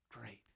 Great